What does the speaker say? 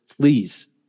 please